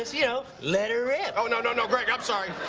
you know, let er rip. oh, no, no, no, greg. i'm sorry.